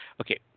Okay